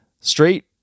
straight